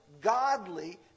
godly